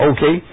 Okay